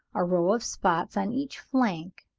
a row of spots on each flank,